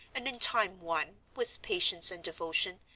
and in time won, with patience and devotion.